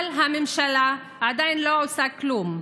אבל הממשלה עדיין לא עושה כלום.